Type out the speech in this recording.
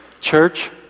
Church